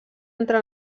entre